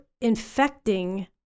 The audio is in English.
infecting